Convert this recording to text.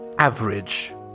Average